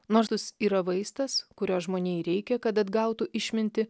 nors yra vaistas kurio žmonijai reikia kad atgautų išmintį